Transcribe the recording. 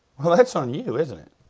well, that's on you, isn't it?